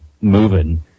moving